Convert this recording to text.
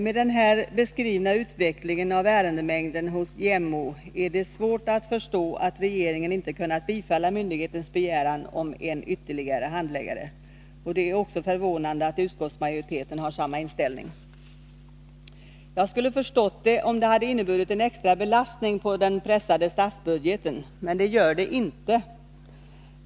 Med den här beskrivna utvecklingen av ärendemängden hos JämO är det svårt att förstå att regeringen inte kunnat bifalla myndighetens begäran om en ytterligare handläggare, och det är också förvånande att utskottsmajoriteten har samma inställning. Jag skulle ha förstått det om det hade inneburit en extra belastning på den pressade statsbudgeten. Men det gör det inte.